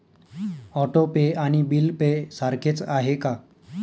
Auto pay आणि bill pay सारखेच आहे का?